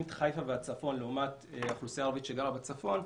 את חיפה והצפון לעומת האוכלוסייה הערבית שגרה בצפון,